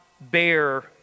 bear